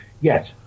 Yes